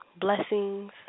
Blessings